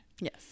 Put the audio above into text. yes